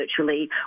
virtually